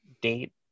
date